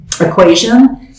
equation